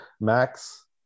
Max